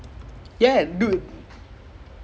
கொஞ்சம் வயசாச்ச:konjam vayasaachu